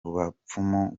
bapfumu